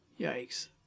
Yikes